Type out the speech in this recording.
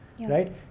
right